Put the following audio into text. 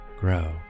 grow